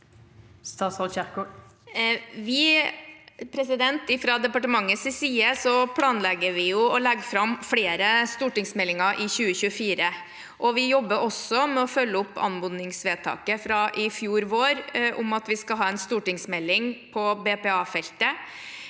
Fra departe- mentets side planlegger vi å legge fram flere stortingsmeldinger i 2024. Vi jobber også med å følge opp anmodningsvedtaket fra i fjor vår, om at vi skal ha en stortingsmelding på BPA-feltet.